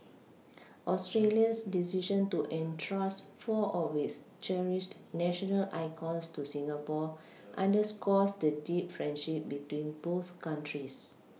Australia's decision to entrust four of its cherished national icons to Singapore underscores the deep friendship between both countries